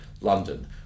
London